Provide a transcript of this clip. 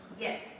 Yes